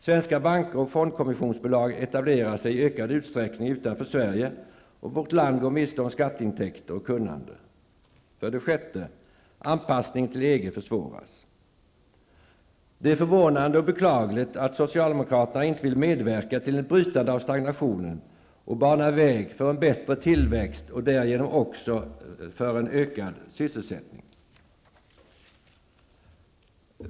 Svenska banker och fondkommissionsbolag etablerar sig i ökad utsträckning utanför Sverige, och vårt land går miste om skatteintäkter och kunnande. Det är förvånande och beklagligt att socialdemokraterna inte vill medverka till ett brytande av stagnationen och bana väg för en bättre tillväxt och därigenom också en ökad sysselsättning.